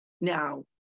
Now